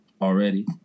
already